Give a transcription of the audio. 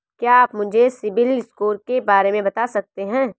क्या आप मुझे सिबिल स्कोर के बारे में बता सकते हैं?